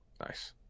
Nice